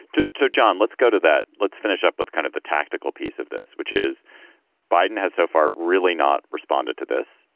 so john. let's go to that. let's finish up with kind of the tactical piece of this, which is biden has so far really not responded to this.